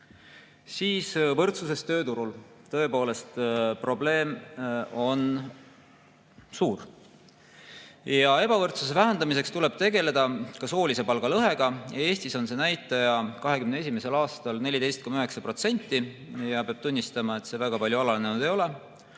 inimest. Võrdsusest tööturul. Tõepoolest, probleem on suur. Ebavõrdsuse vähendamiseks tuleb tegeleda ka soolise palgalõhega. Eestis oli see näitaja 2021. aastal 14,9% ja peab tunnistama, et ega see väga palju alanenud ei ole.